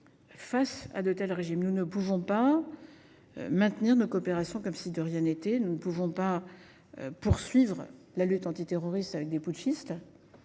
face à de tels régimes, nous ne pouvons pas maintenir nos coopérations comme si de rien n’était. Nous ne pouvons pas poursuivre la lutte antiterroriste avec des putschistes.